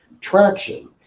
traction